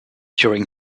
during